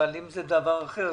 אבל אם זה דבר אחר,